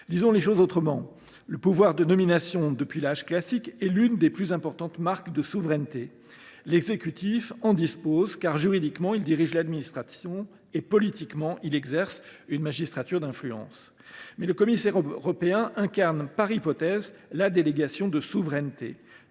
Disons les choses autrement : le pouvoir de nomination, depuis l’âge classique, est l’une des plus importantes marques de souveraineté. L’exécutif en dispose, car, juridiquement, il dirige l’administration et, politiquement, il exerce une magistrature d’influence. Néanmoins, le commissaire européen incarne par hypothèse la délégation de souveraineté.